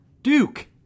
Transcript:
Duke